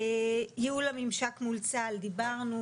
ייעול הממשק מול צה"ל, דיברנו.